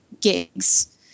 gigs